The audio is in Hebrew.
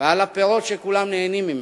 ועל הפירות שכולם נהנים מהם.